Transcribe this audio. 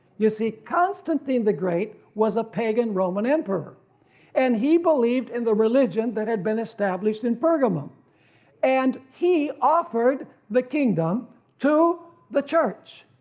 you see constantine the great was a pagan roman emperor and he believed in the religion that had been established in pergamum and he offered the kingdom to the church,